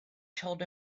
told